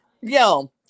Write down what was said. yo